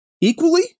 equally